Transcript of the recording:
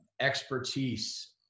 expertise